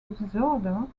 disorder